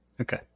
Okay